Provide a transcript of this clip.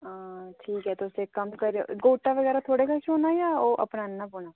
हां ठीक ऐ तुस इक कम्म करेओ गुह्टा बगैरा थुआडे़ कश होना जां अपना आह्नना पौना